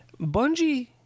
Bungie